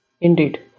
Indeed